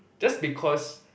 just because